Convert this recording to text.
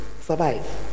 survive